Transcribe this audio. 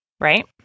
Right